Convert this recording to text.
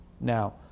Now